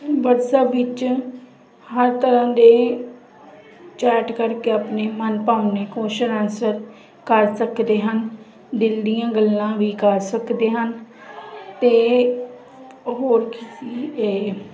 WhatsApp ਵਿੱਚ ਹਰ ਤਰ੍ਹਾਂ ਦੇ ਚੈਟ ਕਰਕੇ ਆਪਣੇ ਮਨ ਭਾਉਨੇ ਕੁਸ਼ਚਨ ਆਨਸਰ ਕਰ ਸਕਦੇ ਹਨ ਦਿਲ ਦੀਆਂ ਗੱਲਾਂ ਵੀ ਕਰ ਸਕਦੇ ਹਨ ਅਤੇ ਹੋਰ ਕੀ ਸੀ ਇਹ